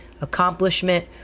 accomplishment